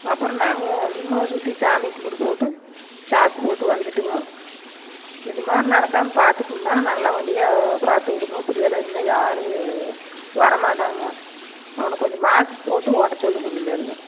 அப்றம் நாங்கள் சும்மா சுற்றி சாமி கும்பிடு போட்டு சாப்பிட்டுபுட்டு வந்துட்டோங்க இந்தமாதிரி நடக்காமல் பார்த்துகங்கணா நல்ல வண்டியை பாத்துவிடுங்க இப்படியெல்லாம் இருந்தால் யாரும் வர மாட்டாங்க அவனை கொஞ்சம் மாஸ்க் போட்டு ஓட்ட சொல்லுங்கள் இனிமேல்